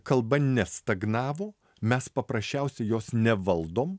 kalba ne stagnavo mes paprasčiausiai jos nevaldom